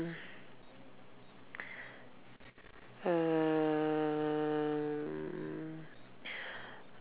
err